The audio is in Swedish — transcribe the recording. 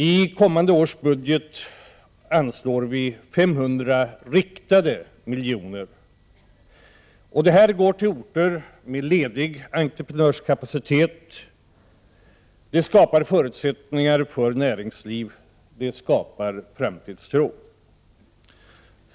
I kommande års budget vill vi anslå 500 miljoner i riktade pengar till grusvägnätet. Grusvägar finns ofta på orter med ledig entreprenörskapacitet. Vägupprustning skapar förutsättningar för näringsliv och genererar framtidstro.